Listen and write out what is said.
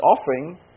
offering